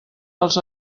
dels